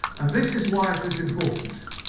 and this is why it is important.